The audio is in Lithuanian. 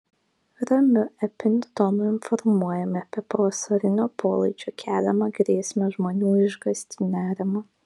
ramiu epiniu tonu informuojama apie pavasarinio polaidžio keliamą grėsmę žmonių išgąstį nerimą